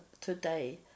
today